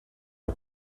der